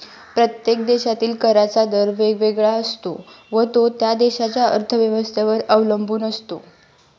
प्रत्येक देशातील कराचा दर वेगवेगळा असतो व तो त्या देशाच्या अर्थव्यवस्थेवर अवलंबून असतो